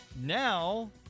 Now